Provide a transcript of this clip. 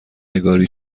نگاری